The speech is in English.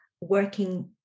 working